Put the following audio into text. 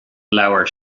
leabhar